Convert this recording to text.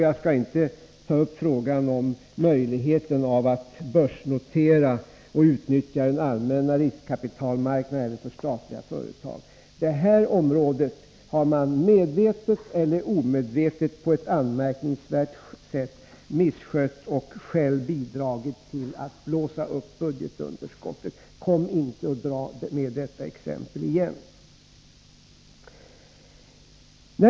Jag skall inte ta upp frågan om möjligheten av att börsnotera statliga företag och därmed utnyttja den allmänna riskkapitalmarknaden för dem. Det här området har man medvetet eller omedvetet på ett anmärkningsvärt sätt misskött och därmed själv bidragit till att blåsa upp budgetunderskottet. Kom inte och dra detta exempel igen!